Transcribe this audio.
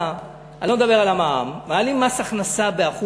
לפגוע פעם אחר פעם אחר פעם במצע שכולכם